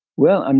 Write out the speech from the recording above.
well, um